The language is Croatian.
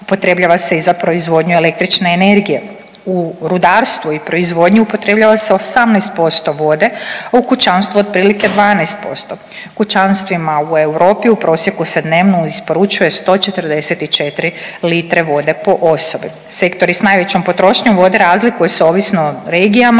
upotrebljava se i za proizvodnju električne energije. U rudarstvu i proizvodnji upotrebljava se 18% vode, a u kućanstvu otprilike 12%. Kućanstvima u Europi u prosjeku se dnevno isporučuje 144 litre vode po osobi. Sektori s najvećom potrošnjom vode razlikuju se ovisno o regijama,